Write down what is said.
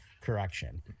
Correction